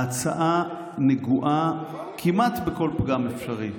ההצעה נגועה כמעט בכל פגם אפשרי,